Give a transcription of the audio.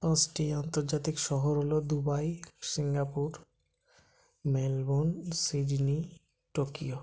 পাঁচটি আন্তর্জাতিক শহর হলো Dubai Singapore Melbourne Sydney Tokyo